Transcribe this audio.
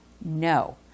no